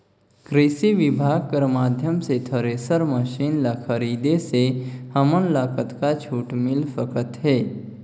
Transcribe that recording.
कृषि विभाग कर माध्यम से थरेसर मशीन ला खरीदे से हमन ला कतका छूट मिल सकत हे?